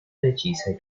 decise